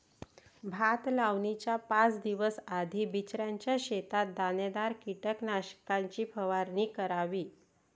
भात लावणीच्या पाच दिवस आधी बिचऱ्याच्या शेतात दाणेदार कीटकनाशकाची फवारणी करावी